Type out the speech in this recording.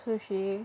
sushi